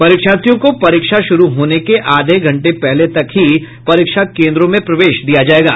परीक्षार्थियों को परीक्षा शूरू होने के आधे घंटे पहले तक ही परीक्षा केन्द्रों में प्रवेश दिया जायेगा